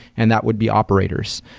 and that would be operators.